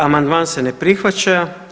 Amandman se ne prihvaća.